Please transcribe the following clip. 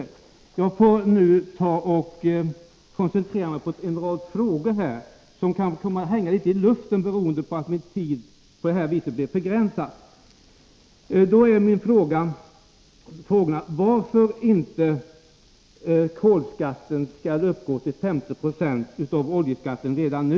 Måndagen den Jag får nu, beroende på att min taletid är begränsad, koncentrera mig på en — 24 oktober 1983 rad frågor, som kanske därför kommer att hänga litet i luften. i z å 2 hs Varför skall inte kolskatten motsvara 50 20 av oljeskatten redan nu?